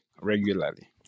regularly